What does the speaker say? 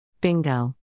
Bingo